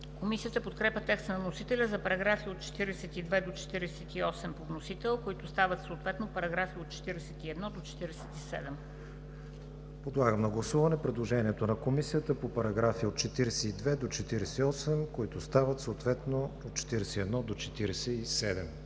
Комисията подкрепя текста на вносителя за параграфи от 42 до 48 по вносител, които стават съответно параграфи от 41 до 47. ПРЕДСЕДАТЕЛ КРИСТИАН ВИГЕНИН: Подлагам на гласуване предложението на Комисията по параграфи от 42 до 48, които стават съответно параграфи от 41 до 47.